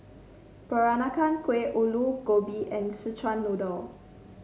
Peranakan Kueh Aloo Gobi and Szechuan Noodle